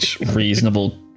reasonable